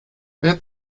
wer